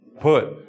put